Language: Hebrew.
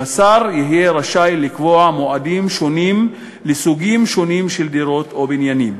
והשר יהיה רשאי לקבוע מועדים שונים לסוגים שונים של דירות או בניינים.